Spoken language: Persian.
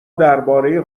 درباره